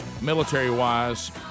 military-wise